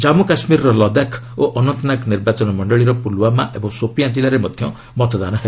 ଜାମ୍ମୁ କାଶ୍ମୀରର ଲଦାଖ୍ ଓ ଅନନ୍ତନାଗ ନିର୍ବାଚନ ମଣ୍ଡଳୀର ପୁଲୱାମା ଏବଂ ସୋପିଆଁ କିଲ୍ଲାରେ ମଧ୍ୟ ମତଦାନ ହେବ